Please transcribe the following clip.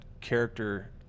character